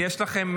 תסכמו.